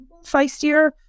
feistier